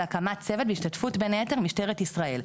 הקמת צוות בהשתתפות בין היתר משטרת ישראל,